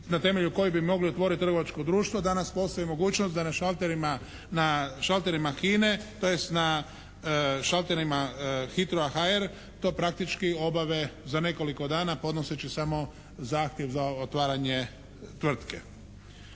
na temelju kojih bi mogli otvoriti trgovačko društvo. Danas postoji mogućnost dana šalterima HINA-e, tj. na šalterima "Hitrno HR" to praktički obave za nekoliko dana podnoseći samo zahtjev za otvaranje tvrtke.